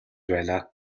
байлаа